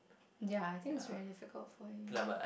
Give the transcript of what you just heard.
ya I think it's very difficult for you